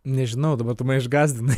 nežinau dabar tu mane išgąsdinai